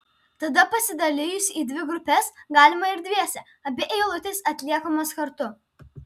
tada pasidalijus į dvi grupes galima ir dviese abi eilutės atliekamos kartu